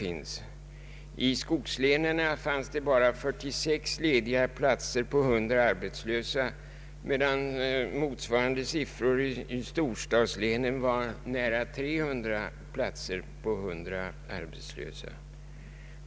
I skogslänen fanns det bara 46 lediga platser på 100 arbetslösa, medan motsvarande siffror i storstadslänen var nästan 300 platser på 100 arbetslösa.